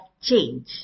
change